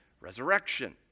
resurrection